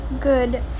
good